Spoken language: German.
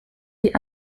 die